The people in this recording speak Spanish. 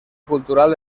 cultural